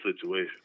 situation